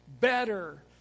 Better